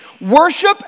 Worship